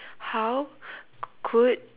how could